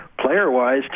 player-wise